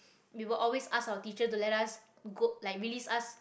we will always ask our teacher to let us go like release us